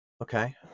Okay